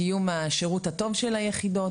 לקיום השירות הטוב של היחידות,